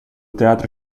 teatro